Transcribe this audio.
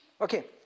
Okay